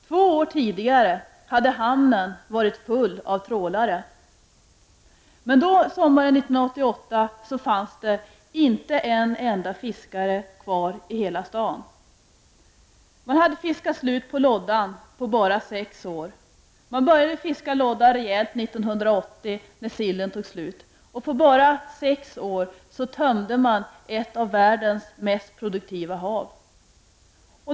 Två år tidigare hade hamnen varit full av trålare, men sommaren 1988 fanns det inte en enda fiskare kvar i hela staden. Man hade fiskat slut på loddan på bara sex år. Man började fiska lodda rejält 1980, när sillen tog slut, och på bara sex år tömde man ett av världens mest produktiva hav.